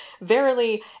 verily